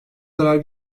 zarar